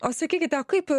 o sakykite o kaip